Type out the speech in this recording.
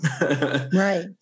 Right